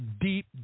deep